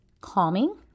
calming